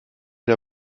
der